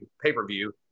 pay-per-view